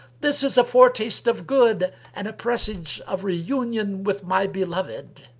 this is a foretaste of good and a presage of reunion with my beloved.